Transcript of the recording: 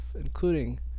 including